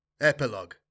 Epilogue